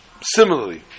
similarly